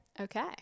Okay